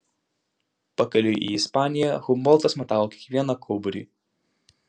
pakeliui į ispaniją humboltas matavo kiekvieną kauburį